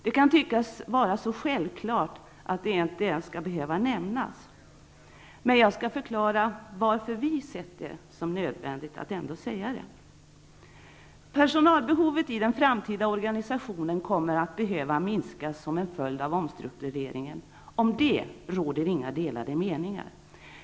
Det kan tyckas vara så självklart att det inte ens skall behöva nämnas. Men jag skall förklara varför vi sett det som nödvändigt att ändå framföra det. Herr talman! Personalbehovet i den framtida organisationen kommer att behöva minskas som en följd av omstruktureringen. Om detta råder det inga delade meningar.